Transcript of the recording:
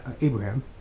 abraham